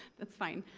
that's fine.